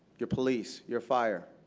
your police, your fire,